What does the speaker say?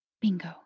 Bingo